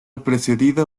precedida